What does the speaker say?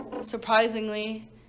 surprisingly